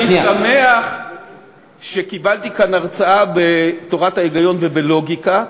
אני שמח שקיבלתי כאן הרצאה בתורת ההיגיון ובלוגיקה.